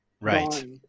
right